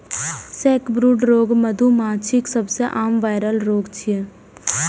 sacbrood रोग मधुमाछीक सबसं आम वायरल रोग छियै